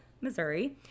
Missouri